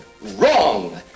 Wrong